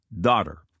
daughter